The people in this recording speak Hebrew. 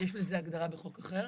יש לזה הגדרה בחוק אחר